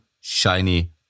shiny